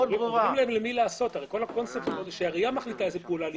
הרי כל הקונספט הוא שהעירייה מחליטה איזה פעולה לנקוט,